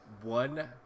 One